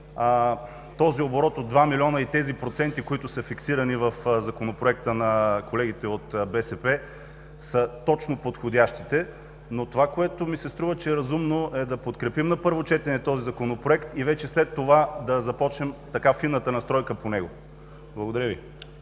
този оборот от 2 млн.лв. и тези проценти, фиксирани в Законопроекта на колегите от БСП, са точно подходящите. Но това, което ми се струва разумно, е да подкрепим на първо четене този Законопроект и вече след това да започнем фината настройка по него. Благодаря Ви.